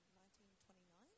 1929